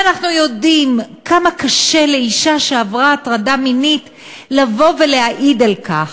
ואנחנו יודעים כמה קשה לאישה שעברה הטרדה מינית לבוא ולהעיד על כך.